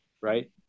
Right